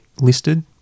listed